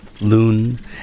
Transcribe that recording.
Loon